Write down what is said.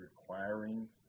requiring